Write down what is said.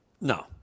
No